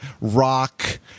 rock